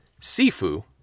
Sifu